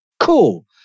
Cool